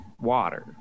water